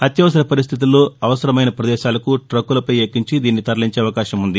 అత్యవసర పరిస్టితుల్లో అవసరమైన పదేశాలకు ట్రక్కులపై ఎక్కించి దీనిని తరలించే అవకాశం ఉంది